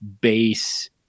base